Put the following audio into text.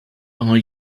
are